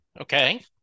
Okay